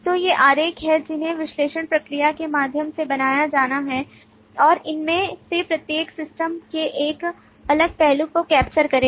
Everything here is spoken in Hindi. तो ये आरेख हैं जिन्हें विश्लेषण प्रक्रिया के माध्यम से बनाया जाना है और उनमें से प्रत्येक सिस्टम के एक अलग पहलू को कैप्चर करेगा